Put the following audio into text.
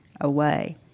away